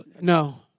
No